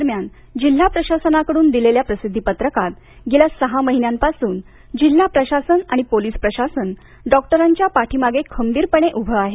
दरम्यान जिल्हा प्रशासनाकडून दिलेल्या प्रसिद्धी पत्रकात गेल्या सहा महिन्यांपासून जिल्हा प्रशासन आणि पोलीस प्रशासन डॉक्टरांच्या पाठीमागे खंबीरपणे उभे आहे